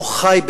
או חי,